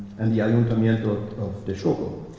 and the ayuntamiento of tetzcoco,